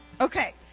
Okay